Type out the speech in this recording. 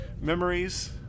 memories